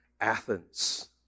Athens